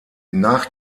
nach